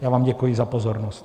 Já vám děkuji za pozornost.